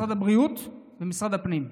משרד הבריאות ומשרד הפנים.